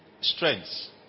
strengths